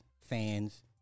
fans